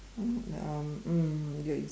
um mm you're